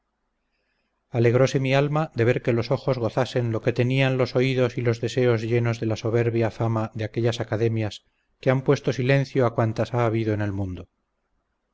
pasado alegróse mi alma de ver que los ojos gozasen lo que tenían los oídos y los deseos llenos de la soberbia fama de aquellas academias que han puesto silencio a cuantas ha habido en el mundo